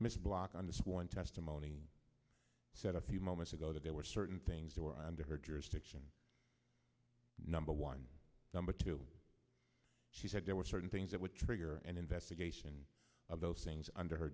mr black on the sworn testimony said a few moments ago that there were certain things that were under her jurisdiction number one number two she said there were certain things that would trigger an investigation of those things under her